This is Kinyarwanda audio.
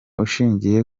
ushingiye